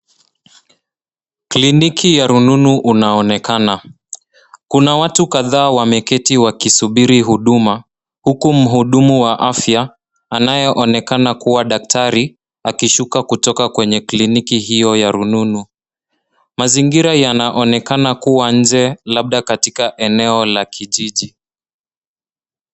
Kliniki ya rununu unaonekana. Kuna watu kadhaa wameketi wakisubiri huduma huku mhudumu wa afya anayeonekana kuwa daktari akishuka kutoka kwenye kliniki hiyo ya rununu. Mazingira yanaonekana kuwa nje labda katika eneo la kijiji.